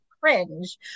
cringe